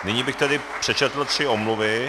Nyní bych tedy přečetl tři omluvy.